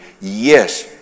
Yes